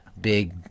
big